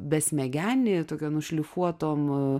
besmegenį tokiom nušlifuotom